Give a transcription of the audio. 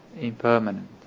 impermanent